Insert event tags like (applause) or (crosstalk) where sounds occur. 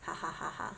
(laughs)